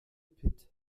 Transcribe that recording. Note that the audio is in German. pit